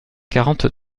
quarante